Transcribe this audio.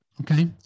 Okay